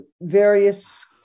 various